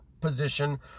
position